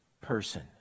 person